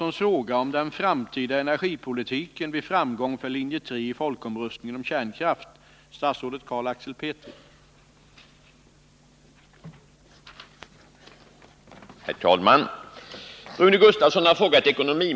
Linje 3:s valsedel innehåller emellertid också riktlinjer för hur man skall komma bort från kärnkraftssamhället — riktlinjer som har stor betydelse för vårt lands ekonomi.